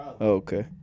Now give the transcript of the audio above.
okay